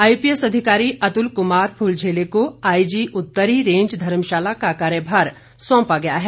IPS अधिकारी अतुल कुमार फुलझेले को IG उत्तरी रेंज धर्मशाला का कार्यभार सौंपा गया है